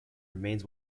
remains